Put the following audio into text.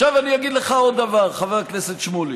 עכשיו אני אגיד לך עוד דבר, חבר הכנסת שמולי.